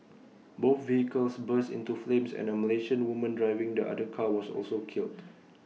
both vehicles burst into flames and A Malaysian woman driving the other car was also killed